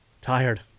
Tired